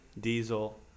Diesel